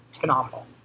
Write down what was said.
phenomenal